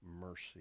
mercy